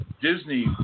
Disney